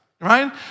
right